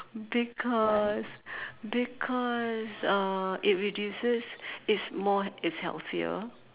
because because uh it reduces it's more it's healthier